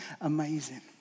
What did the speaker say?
amazing